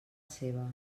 seva